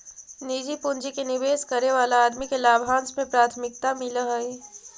निजी पूंजी के निवेश करे वाला आदमी के लाभांश में प्राथमिकता मिलऽ हई